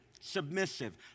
submissive